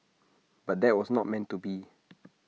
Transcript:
but that was not meant to be